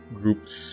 groups